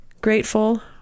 grateful